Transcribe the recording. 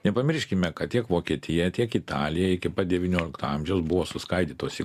nepamirškime kad tiek vokietija tiek italija iki pat devyniolikto amžiaus buvo suskaidytos į